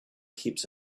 keeps